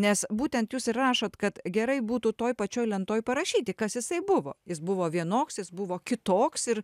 nes būtent jūs ir rašot kad gerai būtų toj pačioj lentoj parašyti kas jisai buvo jis buvo vienoks jis buvo kitoks ir